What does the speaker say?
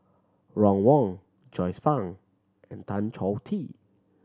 Ron Wong Joyce Fan and Tan Choh Tee